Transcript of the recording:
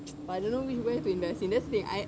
I don't know where where to invest that's the thing I